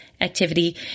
activity